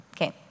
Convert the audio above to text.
Okay